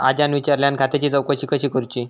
आज्यान विचारल्यान खात्याची चौकशी कशी करुची?